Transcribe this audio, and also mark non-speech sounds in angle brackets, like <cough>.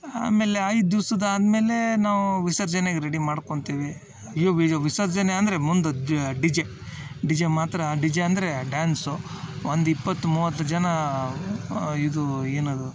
ಆಮೇಲೆ ಐದು ದಿವ್ಸದ ಆದ್ಮೇಲೇ ನಾವು ವಿಸರ್ಜನೆಗೆ ರೆಡಿ ಮಾಡ್ಕೊತೀವಿ <unintelligible> ವಿಸರ್ಜನೆ ಅಂದರೆ ಮುಂದೆ ಡಿ ಜೆ ಡಿ ಜೆ ಮಾತ್ರ ಡಿ ಜೆ ಅಂದರೆ ಡ್ಯಾನ್ಸು ಒಂದು ಇಪ್ಪತ್ತು ಮೂವತ್ತು ಜನ ಇದು ಏನದು